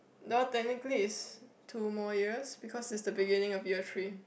no technically is two more years because it's the beginning of year three